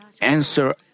answer